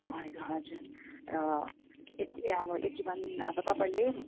भएको हजुर र यति अब यति भन् अब तपाईँले